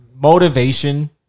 motivation